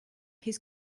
his